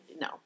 no